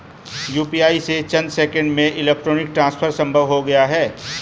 UPI से चंद seconds में इलेक्ट्रॉनिक ट्रांसफर संभव हो गया है